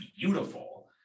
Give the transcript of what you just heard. beautiful